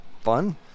Fun